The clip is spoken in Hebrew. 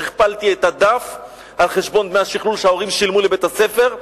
שכפלתי את הדף על חשבון דמי השכלול שההורים שילמו לבית-הספר,